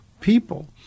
people